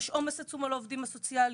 יש עומס עצום על עובדים סוציאליים,